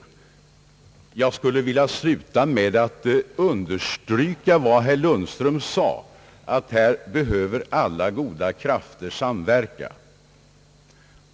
Jag vill slutligen understryka vad herr Lundström sade, att här behöver alla goda krafter samverka.